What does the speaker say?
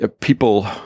people